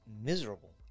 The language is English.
miserable